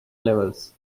levels